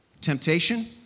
Temptation